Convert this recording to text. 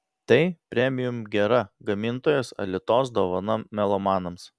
tai premium gera gamintojos alitos dovana melomanams